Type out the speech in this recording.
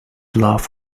laugh